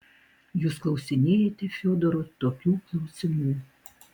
jūs klausinėjate fiodoro tokių klausimų